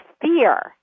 fear